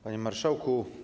Panie Marszałku!